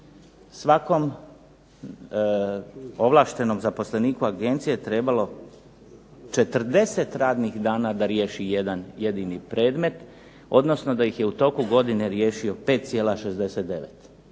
svakom ovlaštenom zaposleniku agencije je trebalo 40 radnih dana da riješi jedan jedini predmet, odnosno da ih je u toku godine riješio 5,69.